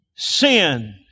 Sin